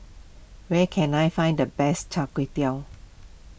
where can I find the best Char Kway Teow